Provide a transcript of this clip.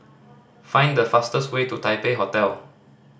find the fastest way to Taipei Hotel